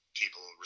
people